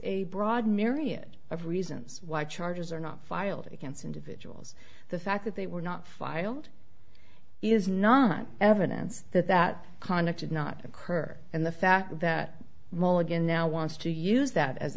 a broad myriad of reasons why charges are not filed against individuals the fact that they were not filed it is not evidence that that conduct should not occur and the fact that mulligan now wants to use that as